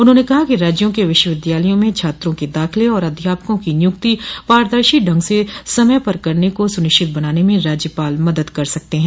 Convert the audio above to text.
उन्होंने कहा कि राज्यों के विश्वविद्यालयों में छात्रों के दाखिले और अध्यापकों की नियुक्ति पारदर्शी ढंग से समय पर करने को सुनिश्चित बनाने में राज्यपाल मदद कर सकते हैं